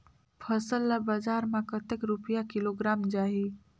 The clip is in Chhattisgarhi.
फसल ला बजार मां कतेक रुपिया किलोग्राम जाही?